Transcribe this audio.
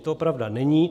To pravda není.